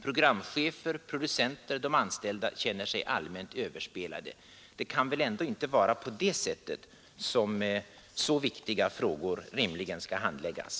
Programchefer, producenter och övriga anställda känner sig allmänt överspelade. Det kan väl rimligtvis ändå inte vara på detta sätt som så viktiga frågor skall handläggas.